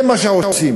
זה מה שעושים.